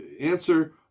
answer